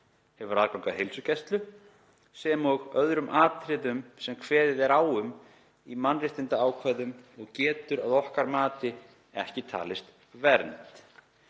hefur aðgang að heilsugæslu sem og öðrum atriðum sem kveðið er um í mannréttindaákvæðum, og getur því að okkar mati ekki talist „vernd“